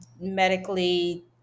medically